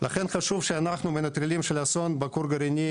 לכן חשוב שאנחנו המנטרלים של האסון בכור הגרעיני